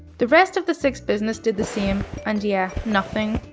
the rest of the six businesses did the same, and yeah, nothing.